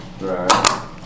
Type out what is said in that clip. Right